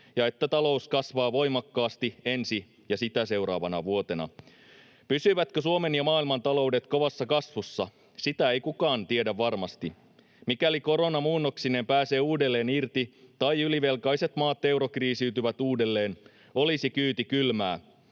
ja että talous kasvaa voimakkaasti ensi ja sitä seuraavana vuotena. Pysyvätkö Suomen ja maailman taloudet kovassa kasvussa, sitä ei kukaan tiedä varmasti. Mikäli korona muunnoksineen pääsee uudelleen irti tai ylivelkaiset maat eurokriisiytyvät uudelleen, olisi kyyti kylmää.